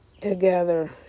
together